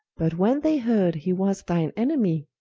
but when they heard he was thine enemie,